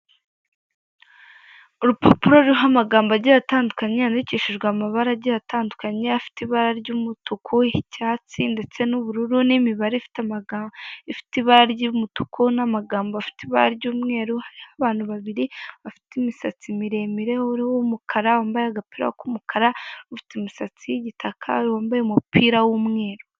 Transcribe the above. Urupapuro ruriho amagambo agiye atandukanye yandikishijwe amabara agiye atandukanye afite ibara ry'umutuku, icyatsi ndetse n'ubururu, n'imibare ifite ibara ry'umutuku n'amagambo afite ibara ry'umweru hariho abantu babiri bafite imisatsi miremire uwo w'umukara wambaye agapira k'umukara ufite imisatsi y'igitaka wambaye umupira w'umweru.